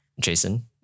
Jason